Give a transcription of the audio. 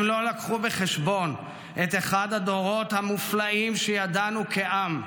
הם לא לקחו בחשבון את אחד הדורות המופלאים שידענו כעם,